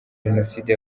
jenoside